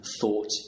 thought